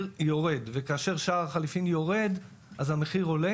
יורד; וכאשר שער החליפין יורד אז המחיר עולה